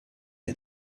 est